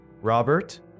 Robert